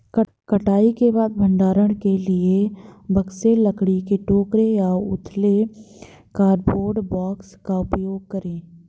कटाई के बाद भंडारण के लिए बक्से, लकड़ी के टोकरे या उथले कार्डबोर्ड बॉक्स का उपयोग करे